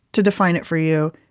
to define it for you,